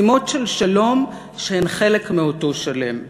משימות של שלום, שהן חלק מאותו שלם.